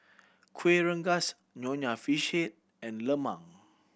Kueh Rengas Nonya Fish Head and lemang